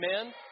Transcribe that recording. Amen